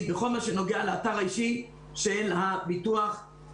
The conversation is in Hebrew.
מקצים את המשאבים כדי לתקן בפניות